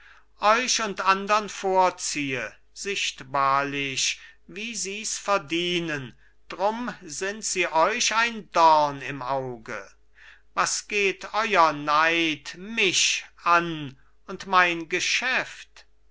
euch und andern vorziehe sichtbarlich wie sies verdienen drum sind sie euch ein dorn im auge was geht euer neid mich an und mein geschäft